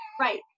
Right